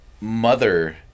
Mother